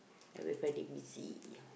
ya we friday busy